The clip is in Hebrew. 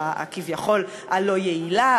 הכביכול-לא-יעילה,